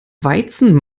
weizen